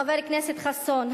חבר הכנסת חסון,